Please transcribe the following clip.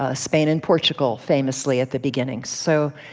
ah spain and portugal famously at the beginning. so,